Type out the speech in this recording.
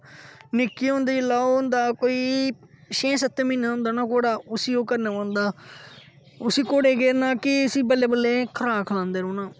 निक्के होंदे गै जिसले ओह् होंदा कोई छै सत्त महिने दा होंदा ना घोडा उसी ओह् करना पोंदा उसी घोडे़ गी केह् करना कि उसी बल्ले बल्ले खराक खलांदे रौहना